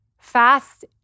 fast